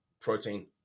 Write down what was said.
protein